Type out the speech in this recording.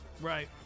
Right